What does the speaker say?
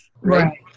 Right